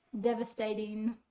devastating